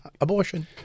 Abortion